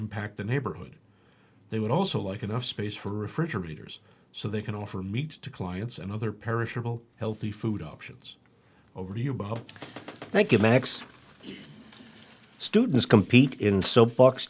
impact the neighborhood they would also like enough space for refrigerators so they can offer meat to clients and other perishable healthy food options over you bob thank you max students compete in soap box